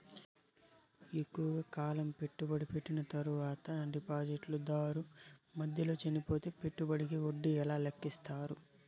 ఎక్కువగా కాలం పెట్టుబడి పెట్టిన తర్వాత డిపాజిట్లు దారు మధ్యలో చనిపోతే పెట్టుబడికి వడ్డీ ఎలా లెక్కిస్తారు?